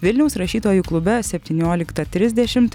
vilniaus rašytojų klube septynioliktą trisdešimt